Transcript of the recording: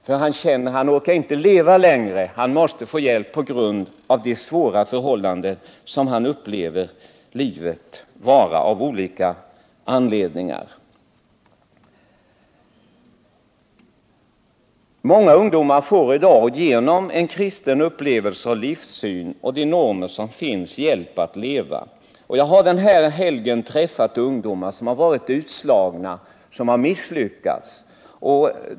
Han känner att han inte orkar leva längre och han måste få hjälp. Av olika anledningar upplever han livet som svårt. Många ungdomar får i dag tack vare den kristna upplevelsen och livssynen samt de kristna normerna hjälp att leva. Jag har den här helgen träffat ungdomar som tidigare varit utslagna, som har misslyckats.